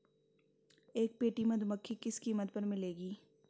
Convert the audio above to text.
एक पेटी मधुमक्खी किस कीमत पर मिलेगी?